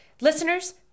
Listeners